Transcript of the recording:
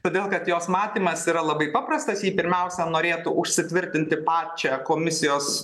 todėl kad jos matymas yra labai paprastas ji pirmiausia norėtų užsitvirtinti pačią komisijos